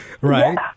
Right